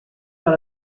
vers